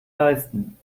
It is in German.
leisten